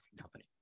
company